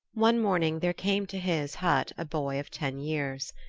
one morning there came to his hut a boy of ten years.